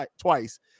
Twice